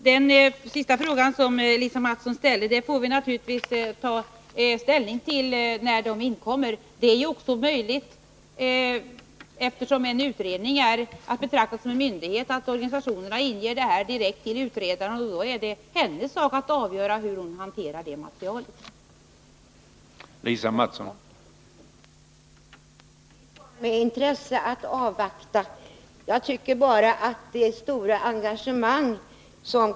Herr talman! På den sista frågan som Lisa Mattson ställde vill jag svara att vi naturligtvis får ta ställning när utlåtandena kommer in. Eftersom en utredning är att betrakta som en myndighet, är det också möjligt att organisationerna vänder sig direkt till utredaren, och då blir det hennes sak att avgöra hur hon skall hantera materialet i fråga.